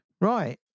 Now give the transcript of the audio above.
Right